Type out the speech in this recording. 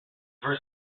first